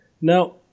Now